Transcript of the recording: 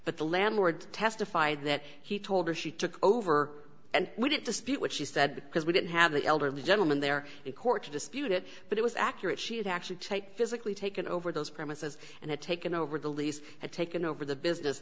but the landlord testified that he told her she took over and we didn't dispute what she said because we didn't have the elderly gentleman there in court to dispute it but it was accurate she had to actually take physically taken over those premises and had taken over the lease had taken over the business